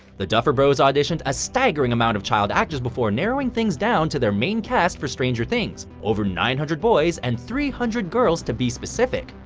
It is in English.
the duffer bros auditioned a staggering amount of child actors before narrowing things down to their main cast for stranger things. over nine hundred boys and three hundred girls, to be specific.